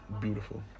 beautiful